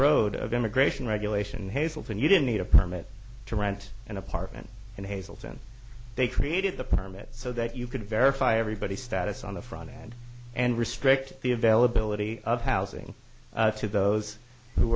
road of immigration regulation hazelton you didn't need a permit to rent an apartment in hazleton they created the permit so that you could verify everybody's status on the front end and restrict the availability of housing to those who